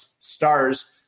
stars